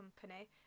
company